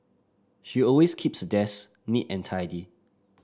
she always keeps the desk neat and tidy